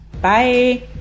Bye